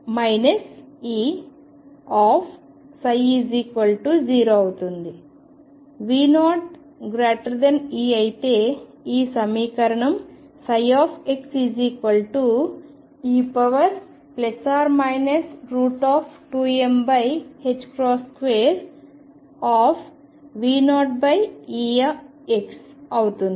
V0E అయితే ఈ సమీకరణం ψ e2m2V0 Ex అవుతుంది